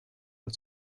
for